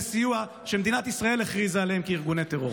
סיוע שמדינת ישראל הכריזה עליהם כארגוני טרור?